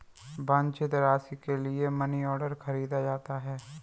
वांछित राशि के लिए मनीऑर्डर खरीदा जाता है